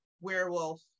werewolf